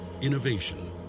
Innovation